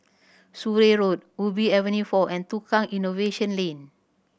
Surrey Road Ubi Avenue Four and Tukang Innovation Lane